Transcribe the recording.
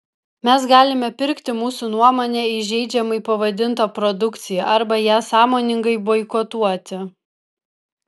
mes galime pirkti mūsų nuomone įžeidžiamai pavadintą produkciją arba ją sąmoningai boikotuoti